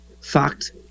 Fact